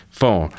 four